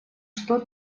что